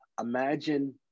imagine